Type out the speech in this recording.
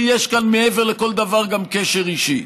כי יש כאן מעבר לכל דבר גם קשר אישי.